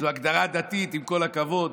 זו הגדרה דתית, עם כל הכבוד.